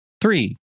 Three